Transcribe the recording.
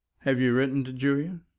have you written to julia?